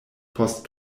post